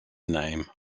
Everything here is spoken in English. name